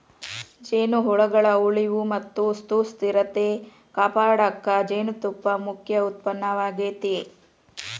ಜೇನುಹುಳಗಳ ಉಳಿವು ಮತ್ತ ಸುಸ್ಥಿರತೆ ಕಾಪಾಡಕ ಜೇನುತುಪ್ಪ ಮುಖ್ಯ ಉತ್ಪನ್ನವಾಗೇತಿ